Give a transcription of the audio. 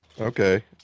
Okay